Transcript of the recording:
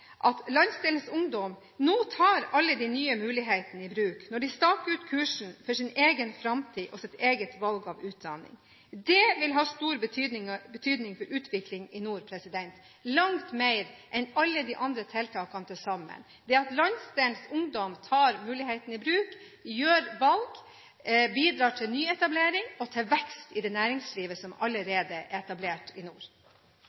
at landsdelens ungdom nå tar alle de nye mulighetene i bruk når de staker ut kursen for sin egen framtid og sitt eget valg av utdanning. Det vil ha stor betydning for utviklingen i nord, langt mer enn alle de andre tiltakene til sammen – at landsdelens ungdom tar mulighetene i bruk, gjør valg, bidrar til nyetablering og vekst i det næringslivet som